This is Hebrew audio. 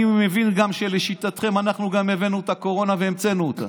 אני מבין שלשיטתכם אנחנו גם הבאנו את הקורונה והמצאנו אותה.